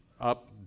up